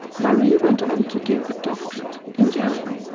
marie went on to do a doctorate, in german,